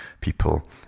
people